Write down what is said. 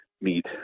meet